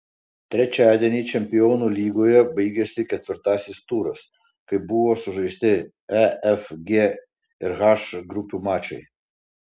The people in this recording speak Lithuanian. trečiadienį čempionų lygoje baigėsi ketvirtasis turas kai buvo sužaisti e f g ir h grupių mačai